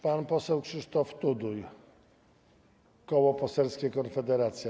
Pan poseł Krzysztof Tuduj, Koło Poselskie Konfederacja.